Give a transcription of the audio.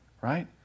right